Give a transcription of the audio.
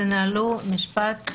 תנהלו משפט,